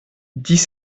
dix